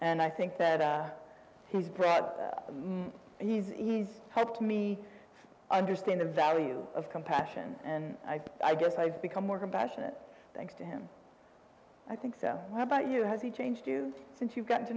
and i think that he's perhaps he's ease helped me understand the value of compassion and i guess i've become more compassionate thanks to him i think so how about you has he changed you since you got to